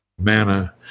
manna